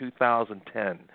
2010